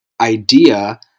idea